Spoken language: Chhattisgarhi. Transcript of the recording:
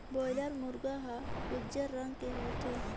बॉयलर मुरगा हर उजर रंग के होथे